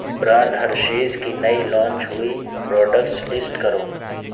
brand Hershey's کی نئی launch ہوئی پراڈکٹس لسٹ کرو